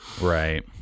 Right